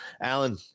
Alan